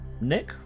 Nick